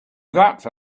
that